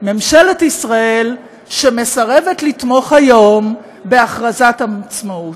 ממשלת ישראל, שמסרבת לתמוך היום בהכרזת העצמאות.